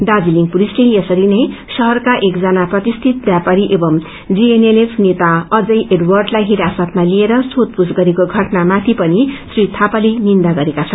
दार्जीलिङ पुलिसले यसरी नै शहरका एकजना प्रतिष्ठित व्यापारी एवं जीएनएलएफ नेता अजय एडवर्डलाई हिरासतमा लिएर सोषपूछ गरेको घटनामाथि पनि श्री यापाले निन्दा गरेका छन्